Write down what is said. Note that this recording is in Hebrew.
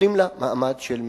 נותנים לה מעמד של מדינה.